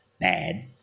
bad